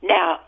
Now